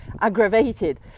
aggravated